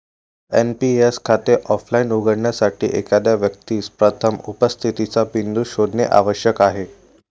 NPS खाते offline उघडण्यासाठी, एखाद्या व्यक्तीस प्रथम उपस्थितीचा बिंदू शोधणे आवश्यक आहे